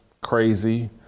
crazy